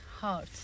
heart